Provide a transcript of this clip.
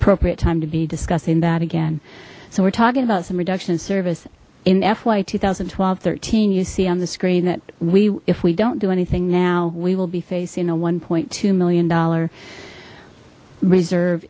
appropriate time to be discussing that again so we're talking about some reduction of service in fy two thousand and twelve thirteen you see on the screen that we if we don't do anything now we will be facing a one two million dollar reserve